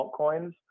altcoins